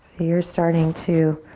you're starting to